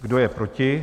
Kdo je proti?